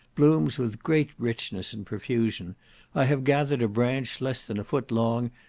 blooms with great richness and profusion i have gathered a branch less than a foot long,